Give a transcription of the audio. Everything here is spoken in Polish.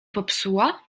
popsuła